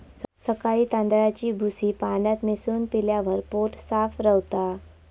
सकाळी तांदळाची भूसी पाण्यात मिसळून पिल्यावर पोट साफ रवता